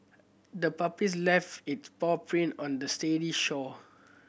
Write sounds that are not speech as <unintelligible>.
the puppies left its paw print on the <unintelligible> shore